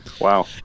Wow